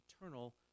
eternal